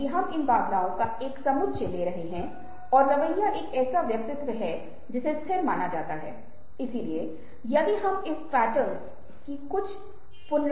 और मैंने पहले भी संक्षेप में बताया है कि इस विशेष पाठ्यक्रम में हम जो भी व्यवहार कर रहे हैं उसके लिए सहानुभूति बहुत प्रासंगिक हो सकती है